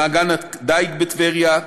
במעגן הדייג בטבריה,